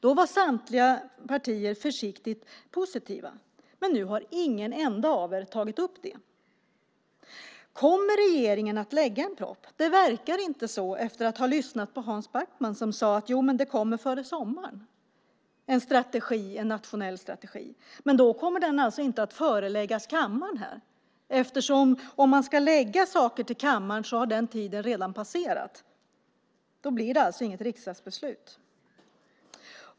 Då var samtliga partier försiktigt positiva, men nu har ingen av er tagit upp det. Kommer regeringen att lägga fram en proposition? Det verkar inte så efter att ha lyssnat på Hans Backman, som sade att det kommer en nationell strategi före sommaren. Men då kommer den alltså inte att föreläggas kammaren, eftersom tiden för att lägga fram saker för kammaren då redan har passerat. Då blir det alltså inget riksdagsbeslut.